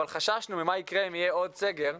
אבל חששנו ממה שיקרה אם יהיה עוד סגר,